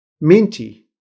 Minty